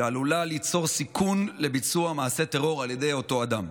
שעלולה ליצור סיכון לביצוע מעשה טרור על ידי אותו אדם.